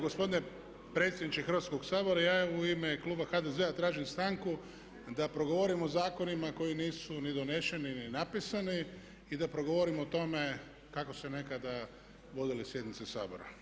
Gospodine predsjedniče Hrvatskog sabora ja u ime kluba HDZ-a tražim stanku da progovorimo o zakonima koji nisu ni doneseni ni napisani i da progovorimo o tome kako su se nekada vodile sjednice Sabora.